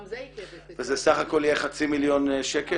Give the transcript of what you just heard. גם זה עיכב את -- וזה סך הכל יהיה חצי מיליון שקל?